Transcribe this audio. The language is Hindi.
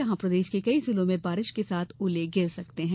यहां प्रदेश के कई जिलों में बारिश के साथ ओले गिर सकते हैं